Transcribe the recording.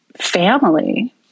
family